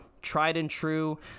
tried-and-true